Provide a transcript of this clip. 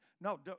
No